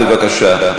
בבקשה.